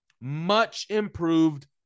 Much-improved